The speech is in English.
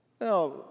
Now